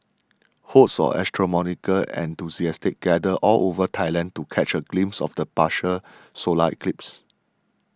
hordes of astronomical enthusiasts gathered all over Thailand to catch a glimpse of the partial solar eclipse